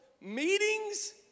meetings